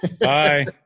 bye